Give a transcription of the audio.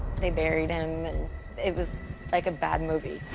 they buried him, and it was like a bad movie.